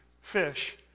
fish